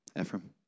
Ephraim